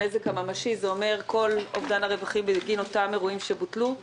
הנזק הממשי זה אומר כל אובדן הרווחים בגין אותם אירועים שבוטלו;